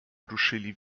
ruszyli